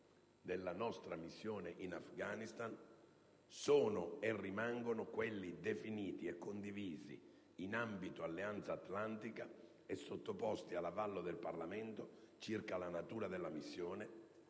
della nostra missione in Afghanistan sono e rimangono quelli definiti e condivisi in ambito Alleanza Atlantica e sottoposti all'avallo del Parlamento: circa la natura della missione,